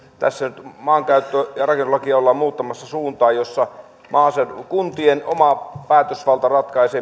tässä nyt maankäyttö ja rakennuslakia ollaan muuttamassa suuntaan jossa maaseudun kuntien oma päätösvalta